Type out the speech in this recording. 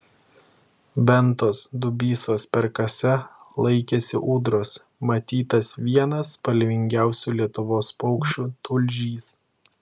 ventos dubysos perkase laikėsi ūdros matytas vienas spalvingiausių lietuvos paukščių tulžys